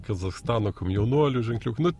kazachstano komjaunuolių ženkliukų nu